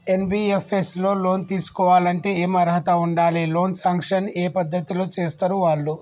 NBFS లో loan తీస్కోవాలంటే ఏం అర్హత ఉండాలి? లోన్ సాంక్షన్ ఏ పద్ధతి లో చేస్తరు వాళ్లు?